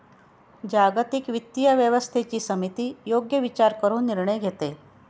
जागतिक वित्तीय व्यवस्थेची समिती योग्य विचार करून निर्णय घेते